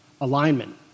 alignment